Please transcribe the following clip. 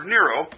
Nero